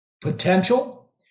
potential